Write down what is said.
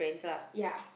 ya